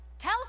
tell